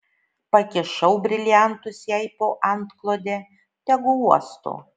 pakišau briliantus jai po antklode tegu uosto